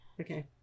Okay